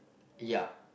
ya